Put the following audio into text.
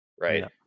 right